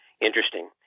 interesting